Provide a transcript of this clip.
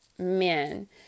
Men